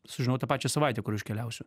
sužinau tą pačią savaitę kur aš keliausiu